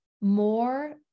more